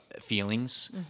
feelings